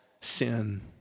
sin